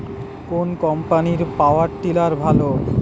কোন কম্পানির power tiller ভালো?